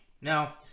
Now